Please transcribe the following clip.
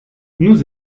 nous